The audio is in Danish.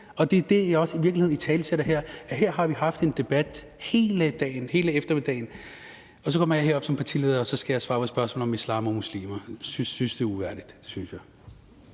Og det er i virkeligheden også det, jeg italesætter her – at her har vi haft en debat hele eftermiddagen, og så kommer jeg herop som partileder, og så skal jeg svare på spørgsmål om islam og muslimer. Jeg synes, det er uærligt, det synes jeg.